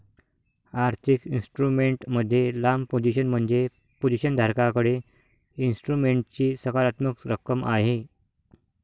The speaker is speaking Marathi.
आर्थिक इन्स्ट्रुमेंट मध्ये लांब पोझिशन म्हणजे पोझिशन धारकाकडे इन्स्ट्रुमेंटची सकारात्मक रक्कम आहे